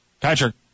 Patrick